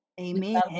Amen